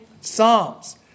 Psalms